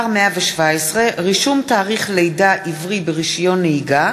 הממשלה (פטורין) (פטור מארנונה למעון),